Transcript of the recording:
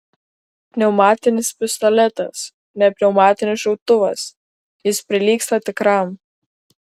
pneumatinis pistoletas ne pneumatinis šautuvas jis prilygsta tikram